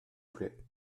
plait